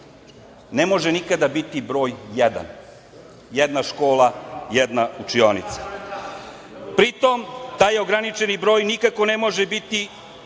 ne može nikada biti broj jedan. Jedna škola, jedna učionica. Pritom, taj ograničeni broj nikako ne može biti